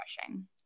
refreshing